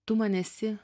tu man esi